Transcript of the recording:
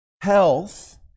Health